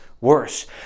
worse